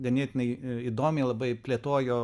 ganėtinai įdomiai labai plėtojo